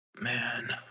Man